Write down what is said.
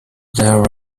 there